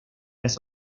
las